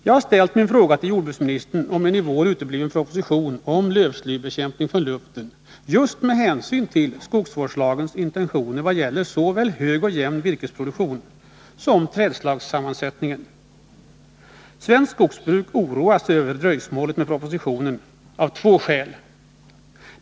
Jag har ställt min fråga till jordbruksministern om en i vår utebliven proposition om lövslybekämpning från luften just med hänsyn till skogsvårdslagens intentioner vad gäller såväl hög och jämn virkesproduktion som trädslagssammansättning. Svenskt skogsbruk oroas över dröjsmålet med propositionen av två skäl.